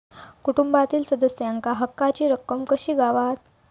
कुटुंबातील सदस्यांका हक्काची रक्कम कशी गावात?